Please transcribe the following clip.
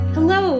Hello